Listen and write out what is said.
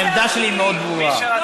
העמדה שלי מאוד ברורה.